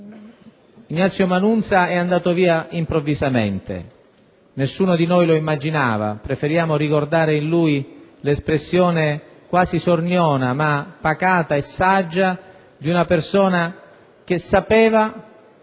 Ignazio Manunza è andato via improvvisamente: nessuno di noi lo immaginava. Vogliamo ricordare di lui l'espressione quasi sorniona, ma pacata e saggia di una persona che sapeva